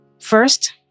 First